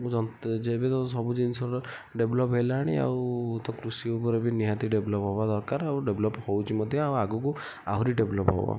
ଯନ୍ତ୍ର ଯେବେତ ସବୁ ଜିନିଷର ଡେଭଲପ୍ ହେଲାଣି ଆଉ ତ କୃଷି ଉପରେ ବି ନିହାତି ଡେଭଲପ୍ ହବା ଦରକାର ଆଉ ଡେଭଲପ୍ ହେଉଛି ମଧ୍ୟ ଆଉ ଆଗକୁ ଆହୁରି ଡେଭଲପ୍ ହେବ